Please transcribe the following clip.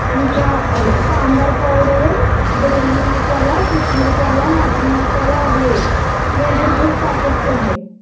ఇంకా అదే sambar powder biryani masala fish masala mutton masala అవి ట్వంటీ రుపీస్ ప్యాకెట్స్ అండి